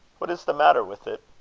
what is the matter with it?